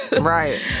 Right